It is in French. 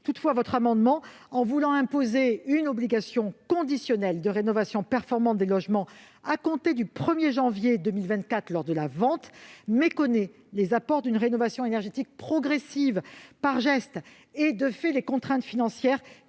Toutefois, mon cher collègue, en voulant imposer une obligation conditionnelle de rénovation performante des logements à compter du 1 janvier 2024 lors de la vente, vous méconnaissez les apports d'une rénovation énergétique progressive par gestes et, de fait, les contraintes financières